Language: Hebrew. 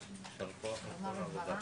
הישיבה.